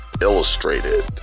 illustrated